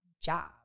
job